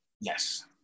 Yes